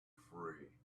free